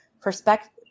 perspective